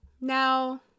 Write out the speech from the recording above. Now